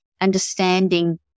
understanding